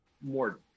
more